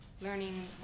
learning